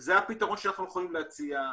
זה הפתרון שאנחנו יכולים להציע.